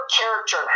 character